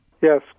Yes